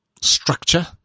structure